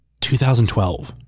2012